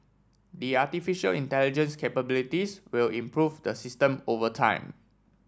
the artificial intelligence capabilities will improve the system over time